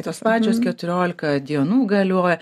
tos pačios keturiolika dienų galioja